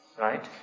Right